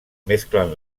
mezclan